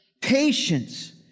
Patience